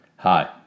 Hi